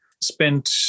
spent